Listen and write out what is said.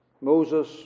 Moses